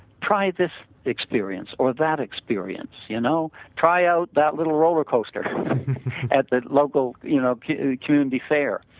try this experience or that experience you know. try out that little roller-coaster at the local you know community fair.